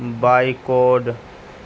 by code